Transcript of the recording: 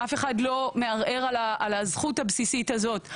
אף אחד לא מערער על הזכות הבסיסית הזאת,